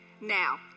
Now